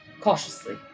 cautiously